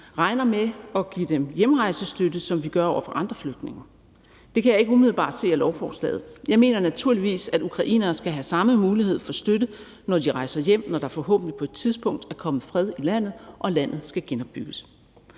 regner med at give dem hjemrejsestøtte, som vi gør over for andre flygtninge. Det kan jeg ikke umiddelbart se af lovforslaget. Jeg mener naturligvis, at ukrainere skal have samme mulighed for støtte, når de rejser hjem, når der forhåbentlig på et tidspunkt er kommet fred i landet og landet skal genopbygges.